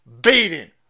beating